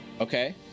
Okay